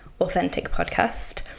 AuthenticPodcast